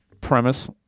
premise